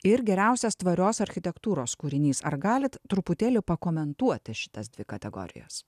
ir geriausias tvarios architektūros kūrinys ar galit truputėlį pakomentuoti šitas dvi kategorijas